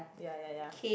ya ya ya